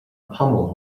pommel